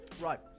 Right